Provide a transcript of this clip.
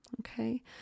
okay